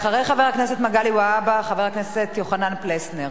אחרי חבר הכנסת מגלי והבה, חבר הכנסת יוחנן פלסנר.